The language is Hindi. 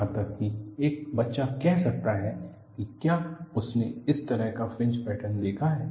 यहां तक कि एक बच्चा कह सकता है कि क्या उसने इस तरह का फ्रिंज पैटर्न देखा है